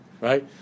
right